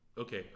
okay